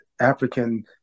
African